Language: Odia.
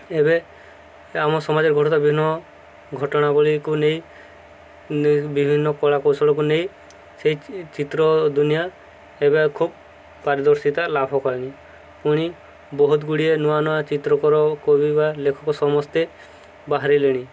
ଏବେ ଆମ ସମାଜରେ ଘଟୁଥିବା ବିଭିନ୍ନ ଘଟଣାବଳୀକୁ ନେଇ ବିଭିନ୍ନ କଳା କୌଶଳକୁ ନେଇ ସେଇ ଚିତ୍ର ଦୁନିଆଁ ଏବେ ଖୁବ ପାରଦର୍ଶିତା ଲାଭ କଲାଣି ପୁଣି ବହୁତ ଗୁଡ଼ିଏ ନୂଆ ନୂଆ ଚିତ୍ରକର କବି ବା ଲେଖକ ସମସ୍ତେ ବାହାରିଲେଣି